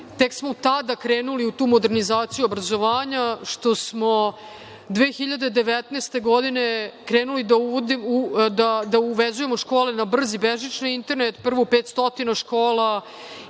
tek smo tada krenuli u tu modernizaciju obrazovanja, što smo 2019. godine krenuli da uvezujemo škole na brz i bežični internet. Prvo, 500 škola